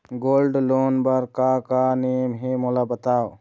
Gold loan बार का का नेम हे, मोला बताव?